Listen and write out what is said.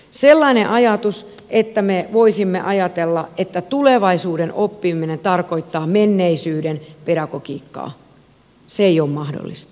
sellainen ajatus että me voisimme ajatella että tulevaisuuden oppiminen tarkoittaa menneisyyden pedagogiikkaa ei ole mahdollista